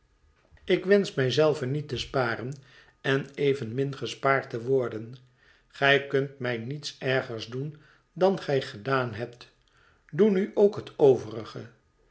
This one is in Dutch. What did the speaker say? ik wensch mij zelve niet te sparen en evenmin gespaard te worden gij kunt mij niets ergers doen dan gij gedaan hebt doe nu ook het overige